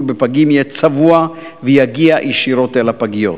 בפגים יהיה צבוע ויגיע ישירות אל הפגיות.